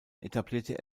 etablierte